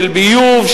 של ביוב,